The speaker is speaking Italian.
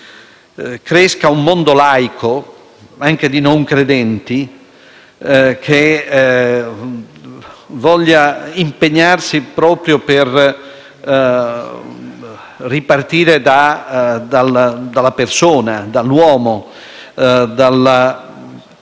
cresca un mondo laico, anche di non credenti, che voglia impegnarsi proprio per ripartire dalla persona, dall'uomo, da quelle